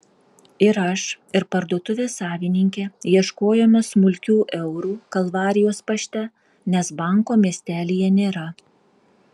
ir aš ir parduotuvės savininkė ieškojome smulkių eurų kalvarijos pašte nes banko miestelyje nėra